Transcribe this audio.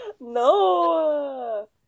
No